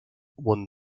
won